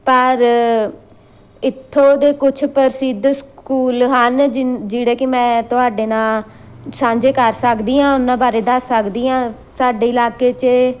ਪਰ ਇੱਥੋਂ ਦੇ ਕੁਛ ਪ੍ਰਸਿੱਧ ਸਕੂਲ ਹਨ ਜਿੰ ਜਿਹੜਾ ਕਿ ਮੈਂ ਤੁਹਾਡੇ ਨਾਲ ਸਾਂਝੇ ਕਰ ਸਕਦੀ ਹਾਂ ਉਹਨਾਂ ਬਾਰੇ ਦੱਸ ਸਕਦੀ ਹਾਂ ਸਾਡੇ ਇਲਾਕੇ 'ਚ